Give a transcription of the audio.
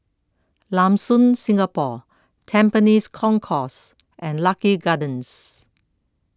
Lam Soon Singapore Tampines Concourse and Lucky Gardens